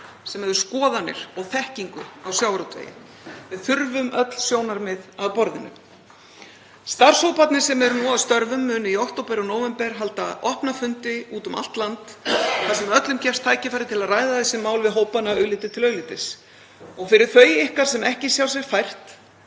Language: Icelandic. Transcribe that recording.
sem hefur skoðanir og þekkingu á sjávarútvegi. Við þurfum öll sjónarmið að borðinu. Starfshóparnir sem eru nú að störfum munu í október og nóvember halda opna fundi úti um allt land þar sem öllum gefst tækifæri til að ræða þessi mál við hópana augliti til auglitis. Fyrir þau ykkar sem ekki sjá sér fært